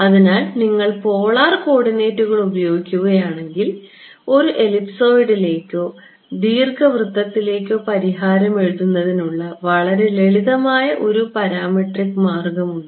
അതിനാൽ നിങ്ങൾ പോളാർ കോർഡിനേറ്റുകൾ ഉപയോഗിക്കുകയാണെങ്കിൽ ഒരു എലിപ്സോയ്ഡിലേക്കോ ദീർഘവൃത്തത്തിലേക്കോ പരിഹാരം എഴുതുന്നതിനുള്ള വളരെ ലളിതമായ ഒരു പാരാമട്രിക് മാർഗമുണ്ട്